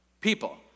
people